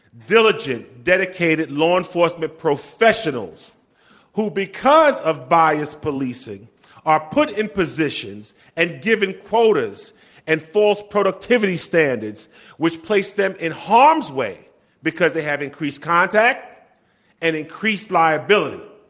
diligent, dedicated law enforcement professionals who because of biased policing are put in positions and given quotas and false productivity standards which place them in harm's way because they have increased contact and increased liability.